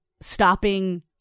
stopping